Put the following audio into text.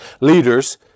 leaders